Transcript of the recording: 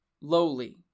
lowly